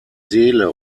seele